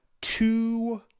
two